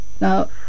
Now